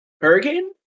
Hurricane